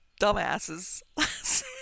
dumbasses